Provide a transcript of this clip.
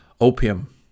opium